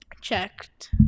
checked